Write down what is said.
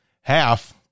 half